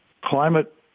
Climate